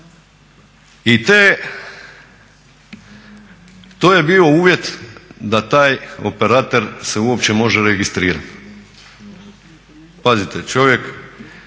i te, to je bio uvjet da taj operater se uopće može registrirati. Pazite, čovjek